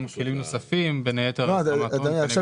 יכול